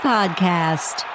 Podcast